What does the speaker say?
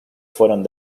fueron